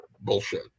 bullshit